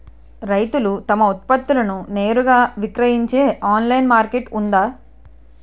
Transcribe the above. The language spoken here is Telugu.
రైతులు తమ ఉత్పత్తులను నేరుగా విక్రయించే ఆన్లైన్ మార్కెట్ ఉందా?